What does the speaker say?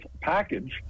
package